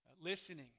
Listening